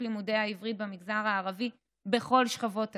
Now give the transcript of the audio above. לימודי העברית במגזר הערבי בכל שכבות הגיל.